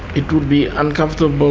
it would be uncomfortable